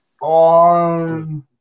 on